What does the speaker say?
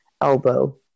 elbow